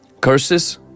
curses